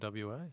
WA